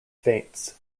faints